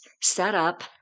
setup